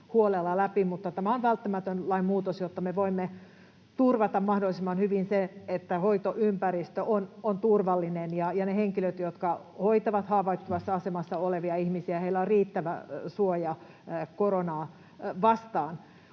tämä on välttämätön lainmuutos, jotta me voimme turvata mahdollisimman hyvin sen, että hoitoympäristö on turvallinen ja niillä henkilöillä, jotka hoitavat haavoittuvassa asemassa olevia ihmisiä, on riittävä suoja koronaa vastaan.